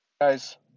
Guys